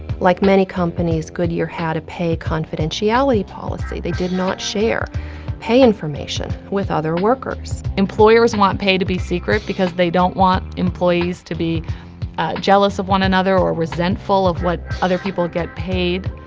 like many companies, goodyear had a pay confidentiality policy. they did not share pay information with other workers. employers want pay to be secret because they don't want employees to be jealous of one another or resentful of what other people get paid.